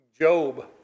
Job